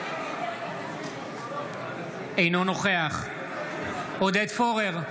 אינו נוכח עודד פורר,